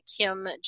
Kim